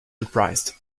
surprised